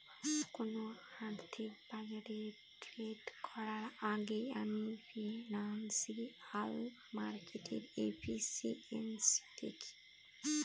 কোন আর্থিক বাজারে ট্রেড করার আগেই আমি ফিনান্সিয়াল মার্কেটের এফিসিয়েন্সি দেখি